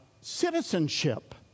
citizenship